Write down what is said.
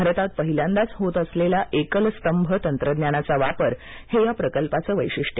भारतात पहिल्यांदाच होत असलेला एकल स्तंभ तंत्रज्ञानाचा वापर हे या प्रकल्पाचं वैशिष्ट्य